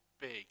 big